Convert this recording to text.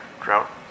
drought